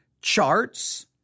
charts